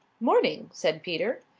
morning, said peter.